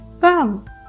Come